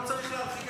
לא צריך להרחיק,